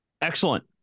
Excellent